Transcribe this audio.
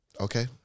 Okay